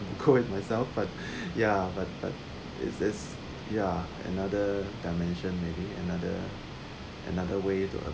call it myself but ya but but is is ya another dimension maybe another another way to